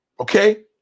Okay